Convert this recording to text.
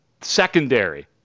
Secondary